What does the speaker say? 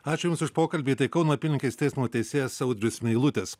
ačiū jums už pokalbį tai kauno apylinkės teismo teisėjas audrius meilutis